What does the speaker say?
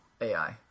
AI